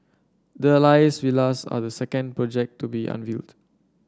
the Alias Villas are the second project to be unveiled